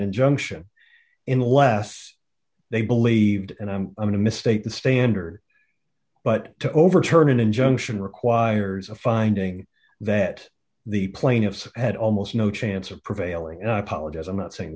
injunction in less they believed and i'm going to misstate the standard but to overturn an injunction requires a finding that the plaintiffs had almost no chance of prevailing i apologize i'm not saying